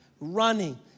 running